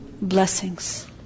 blessings